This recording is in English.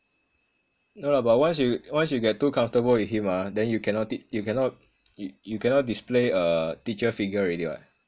no lah but once you once you get too comfortable with him ah then you cannot you cannot you cannot display a teacher figure already [what]